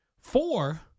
Four